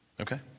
Okay